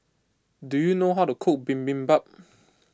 do you know how to cook Bibimbap